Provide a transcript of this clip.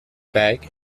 bag